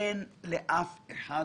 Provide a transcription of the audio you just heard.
לאף אחד